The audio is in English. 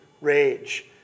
rage